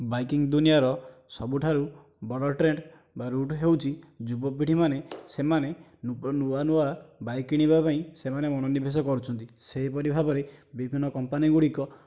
biking ଦୁନିଆର ସବୁଠାରୁ ବଡ଼ ଟ୍ରେଣ୍ଡ୍ ବା ରୁଟ୍ ହେଉଛି ଯୁବ ପିଢ଼ିମାନେ ସେମାନେ ନୂଆ ନୂଆ ବାଇକ୍ କିଣିବା ପାଇଁ ସେମାନେ ମନୋନିବେଶ କରୁଛନ୍ତି ସେହି ପରି ଭାବରେ ବିଭିନ୍ନ କମ୍ପାନୀ ଗୁଡ଼ିକ